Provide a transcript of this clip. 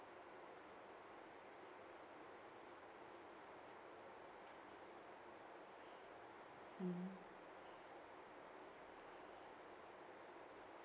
mm